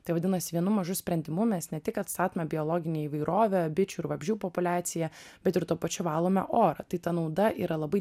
tai vadinasi vienu mažu sprendimu mes ne tik atstatome biologinę įvairovę bičių ir vabzdžių populiaciją bet ir tuo pačiu valome orą tai ta nauda yra labai